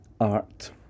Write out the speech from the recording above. art